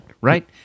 right